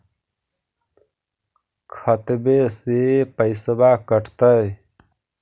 खतबे से पैसबा कटतय?